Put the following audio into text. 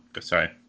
sorry